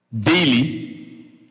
daily